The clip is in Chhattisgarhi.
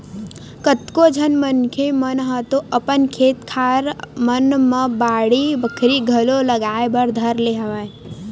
कतको झन मनखे मन ह तो अपन खेत खार मन म बाड़ी बखरी घलो लगाए बर धर ले हवय